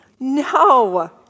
No